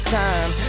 time